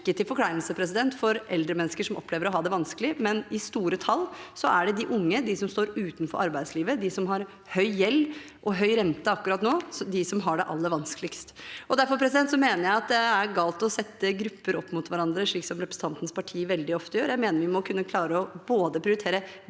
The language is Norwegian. ikke til forkleinelse for eldre mennesker som opplever å ha det vanskelig, men i store tall er det de unge, de som står utenfor arbeidslivet, de som har høy gjeld og høy rente akkurat nå, som har det aller vanskeligst. Derfor mener jeg at det er galt å sette grupper opp mot hverandre, slik representantens parti veldig ofte gjør. Jeg mener vi må kunne klare å prioritere